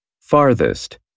Farthest